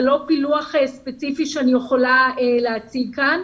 זה לא פילוח ספציפי שאני יכולה להציג כאן.